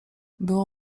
było